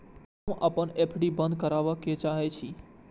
हम अपन एफ.डी बंद करबा के चाहे छी